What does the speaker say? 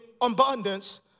abundance